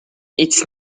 its